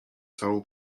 całą